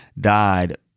died